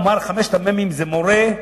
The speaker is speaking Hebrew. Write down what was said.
הוא אמר: חמשת המ"מים זה מורה,